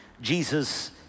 Jesus